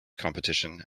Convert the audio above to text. competition